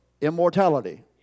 immortality